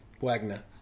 Wagner